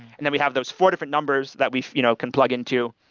and we have those four different numbers that we you know can plug in to.